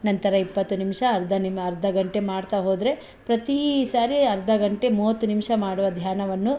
ನಂತರ ಇಪ್ಪತ್ತು ನಿಮಿಷ ಅರ್ಧ ನಿಮ್ಮ ಅರ್ಧ ಗಂಟೆ ಮಾಡ್ತಾ ಹೋದರೆ ಪ್ರತಿ ಸಾರಿ ಅರ್ಧ ಗಂಟೆ ಮೂವತ್ತು ನಿಮಿಷ ಮಾಡುವ ಧ್ಯಾನವನ್ನು